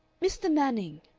mr. manning,